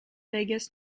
vegas